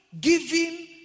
giving